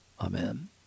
Amen